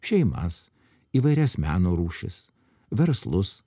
šeimas įvairias meno rūšis verslus